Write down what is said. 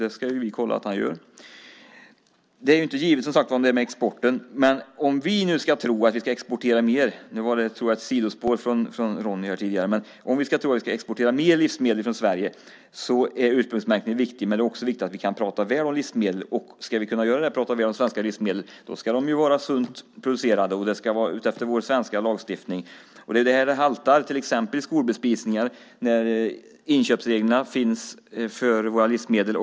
Vi får kontrollera att han gör det. Inget är givet i fråga om exporten. Om vi ska tro att vi ska exportera mer - jag tror att det var ett sidospår från Ronny - livsmedel från Sverige är det viktigt med ursprungsmärkning. Men det är också viktigt att vi kan prata väl om livsmedel. Om vi ska prata väl om svenska livsmedel ska de vara sunt producerade utifrån vår svenska lagstiftning. Det är där det haltar i till exempel skolbespisningar. Det finns inköpsregler för våra livsmedel.